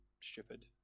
stupid